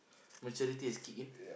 maturity has kick in